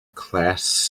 class